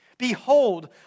Behold